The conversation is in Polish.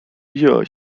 miziała